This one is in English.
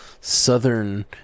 Southern